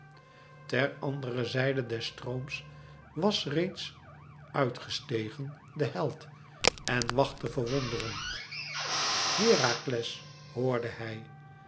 ter andere zijde des strooms was reeds uit gestegen de held en wachtte verwonderend herakles hoorde hij